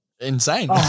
insane